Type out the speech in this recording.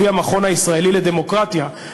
לפי המכון הישראלי לדמוקרטיה,